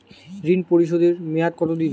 ঋণ পরিশোধের মেয়াদ কত দিন?